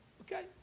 Okay